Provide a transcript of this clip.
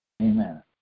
Amen